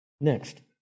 Next